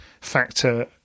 factor